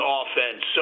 offense